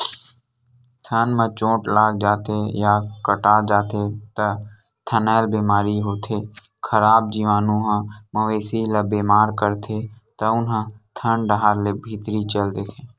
थन म चोट लाग जाथे या कटा जाथे त थनैल बेमारी होथे, खराब जीवानु ह मवेशी ल बेमार करथे तउन ह थन डाहर ले भीतरी चल देथे